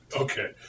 Okay